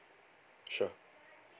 sure